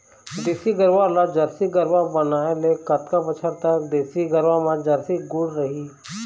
देसी गरवा ला जरसी गरवा बनाए ले कतका बछर तक देसी गरवा मा जरसी के गुण रही?